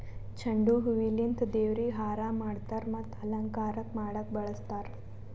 ಚೆಂಡು ಹೂವಿಲಿಂತ್ ದೇವ್ರಿಗ್ ಹಾರಾ ಮಾಡ್ತರ್ ಮತ್ತ್ ಅಲಂಕಾರಕ್ಕ್ ಮಾಡಕ್ಕ್ ಬಳಸ್ತಾರ್